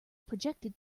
projected